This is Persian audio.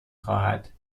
خواهد